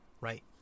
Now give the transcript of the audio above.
right